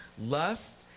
lust